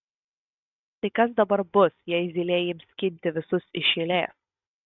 tai kas dabar bus jei zylė ims skinti visus iš eilės